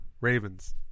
Ravens